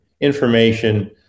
information